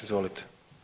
Izvolite.